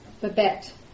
Babette